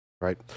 Right